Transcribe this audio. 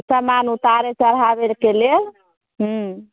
समान उतारे चढ़ाबै के लेल हूँ